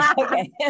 Okay